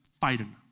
fighting